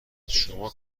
شما